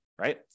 right